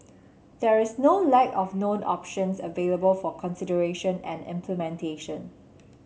there is no lack of known options available for consideration and implementation